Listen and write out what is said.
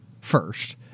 first